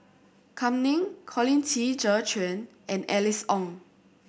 Kam Ning Colin Qi Zhe Quan and Alice Ong